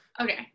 Okay